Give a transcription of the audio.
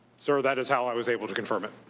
sir, that is how i was able to confirm it.